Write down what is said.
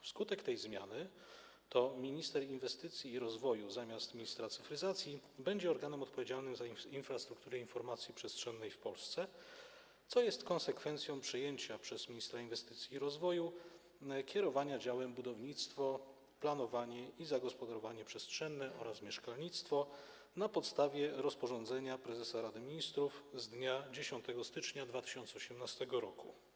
Wskutek tej zmiany to minister inwestycji i rozwoju zamiast ministra cyfryzacji będzie organem odpowiedzialnym za infrastrukturę informacji przestrzennej w Polsce, co jest konsekwencją przejęcia przez ministra inwestycji i rozwoju kierowania działem: budownictwo, planowanie i zagospodarowanie przestrzenne oraz mieszkalnictwo na podstawie rozporządzenia prezesa Rady Ministrów z dnia 10 stycznia 2018 r.